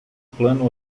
plano